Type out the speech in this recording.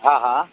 हा हा